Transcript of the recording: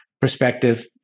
perspective